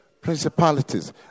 principalities